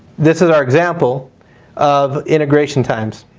this is our example of integration times.